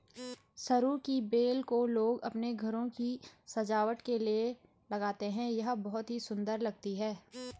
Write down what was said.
सरू की बेल को लोग अपने घरों की सजावट के लिए लगाते हैं यह बहुत ही सुंदर लगती है